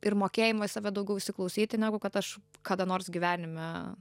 ir mokėjimo į save daugiau įsiklausyti negu kad aš kada nors gyvenime